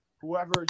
whoever